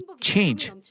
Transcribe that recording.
change